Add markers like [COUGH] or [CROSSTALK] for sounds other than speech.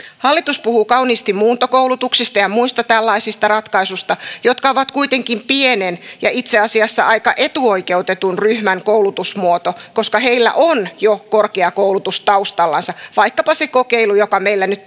hallitus puhuu kauniisti muuntokoulutuksista ja muista tällaisista ratkaisuista jotka ovat kuitenkin pienen ja itse asiassa aika etuoikeutetun ryhmän koulutusmuoto koska heillä on jo korkeakoulutus taustallansa vaikkapa se kokeilu joka meillä nyt [UNINTELLIGIBLE]